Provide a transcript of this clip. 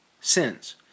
sins